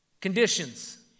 Conditions